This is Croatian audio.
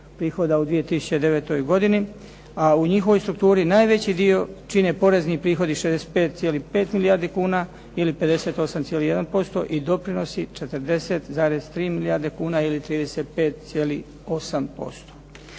prihoda u 2009. godini a u njihovoj strukturi najveći dio čine porezni prihodi 65,5 milijardi kuna ili 58,1% i doprinosi 40,3 milijarde kuna ili 35,8%.